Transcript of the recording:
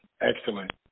Excellent